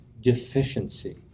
deficiency